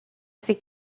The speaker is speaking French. fait